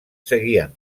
seguien